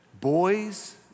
boys